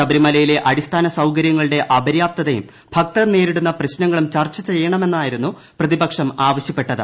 ശബരിമലയിലെ അടിസ്ഥാന സൌകര്യങ്ങളുടെ അപര്യാപ്തതയും ഭക്തർ നേരിടുന്ന പ്രശ്നങ്ങളും ചർച്ച ചെയ്യണമെന്നായിരുന്നു പ്രതിപക്ഷം ആവശ്യപ്പെട്ടത്